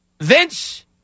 Vince